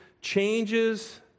changes